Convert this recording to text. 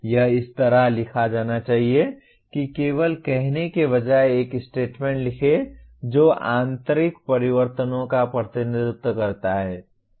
यह इस तरह लिखा जाना चाहिए कि केवल कहने के बजाय एक स्टेटमेंट लिखें जो आंतरिक परिवर्तनों का प्रतिनिधित्व करता है